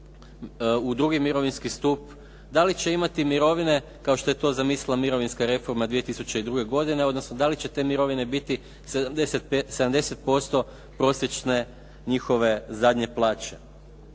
u drugi mirovinski stup, da li će imati mirovine kao što je to zamislila mirovinska reforma 2002. godine odnosno da li će te mirovine biti 70% prosječne njihove zadnje plaće.